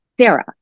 Sarah